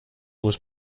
muss